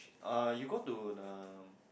uh you go to the